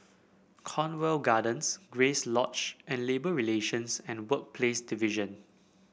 Cornwall Gardens Grace Lodge and Labour Relations and Workplace Division